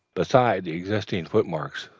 beside the existing footmarks.